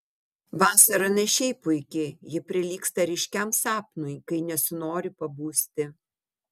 vasara ne šiaip puiki ji prilygsta ryškiam sapnui kai nesinori pabusti